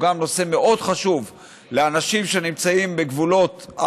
שהוא גם נושא מאוד חשוב לאנשים שנמצאים בגבולות,